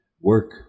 work